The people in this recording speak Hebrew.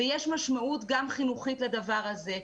ויש גם משמעות חינוכית לדבר הזה,